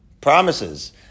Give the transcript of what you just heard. promises